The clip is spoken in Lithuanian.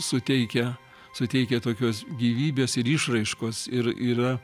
suteikia suteikia tokios gyvybės ir išraiškos ir yra